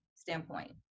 standpoint